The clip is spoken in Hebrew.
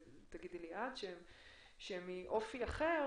תגידי לי את עם אופי אחר